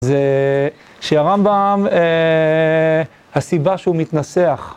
זה שהרמב״ם, הסיבה שהוא מתנסח